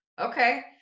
Okay